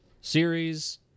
series